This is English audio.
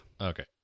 Okay